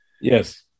yes